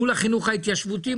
מול החינוך ההתיישבותי,